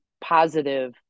positive